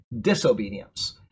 disobedience